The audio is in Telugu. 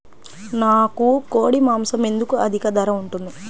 నాకు కోడి మాసం ఎందుకు అధిక ధర ఉంటుంది?